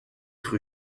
rue